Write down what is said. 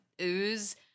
ooze